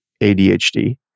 ADHD